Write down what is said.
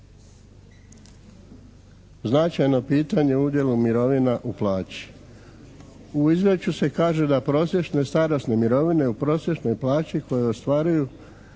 Značajno pitanje u udjelu mirovina u plaći. U izvješću se kaže da prosječne starosne mirovine u prosječnoj plaći koju ostvaruju